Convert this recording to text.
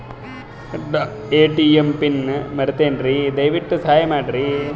ನನ್ನ ATM PIN ಮರೆತೇನ್ರೀ, ದಯವಿಟ್ಟು ಸಹಾಯ ಮಾಡ್ರಿ